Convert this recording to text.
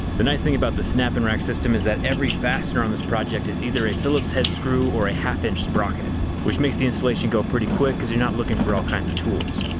the nice thing about the snap and rack system is that every fastener on this project is either a phillips head screw or a half inch sprocket which makes the installation pretty quick because you're not looking for all kinds of tools.